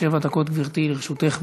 שבע דקות, גברתי, לרשותך.